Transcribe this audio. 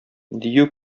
дию